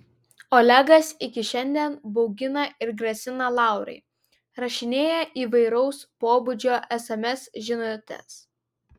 olegas iki šiandien baugina ir grasina laurai rašinėja įvairaus pobūdžio sms žinutes